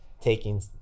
taking